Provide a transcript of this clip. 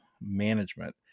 Management